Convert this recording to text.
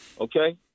okay